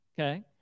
Okay